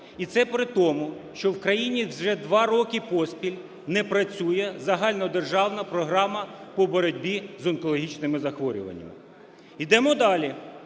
І це при тому, що в країні вже два роки поспіль не працює загальнодержавна програма по боротьбі з онкологічними захворюваннями. Йдемо далі.